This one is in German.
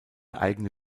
eigene